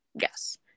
Yes